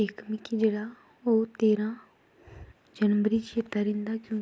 ते इक मिगा जेह्ड़ा तेरां जनवरी चेत्ता रैंह्दा क्योंकि